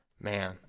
Man